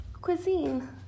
cuisine